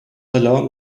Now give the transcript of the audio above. along